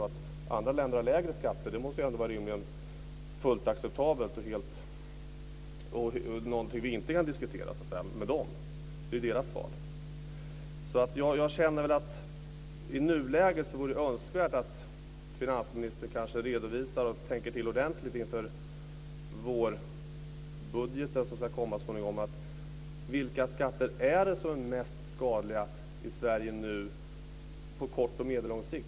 Att andra länder har lägre skatter måste rimligen vara fullt acceptabelt och någonting som vi inte kan diskutera med dem. Det är ju deras val. Jag känner att det vore önskvärt i nuläget att finansministern redovisar och tänker till ordentligt inför vårbudgeten, som ska komma småningom, vilka skatter det är som är mest skadliga i Sverige på kort och medellång sikt.